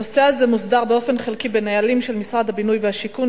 הנושא הזה מוסדר באופן חלקי בנהלים של משרד הבינוי והשיכון,